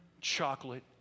chocolate